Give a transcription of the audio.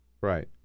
Right